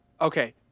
Okay